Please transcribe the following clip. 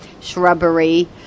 shrubbery